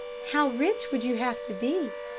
how rich would you have to be?